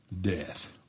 death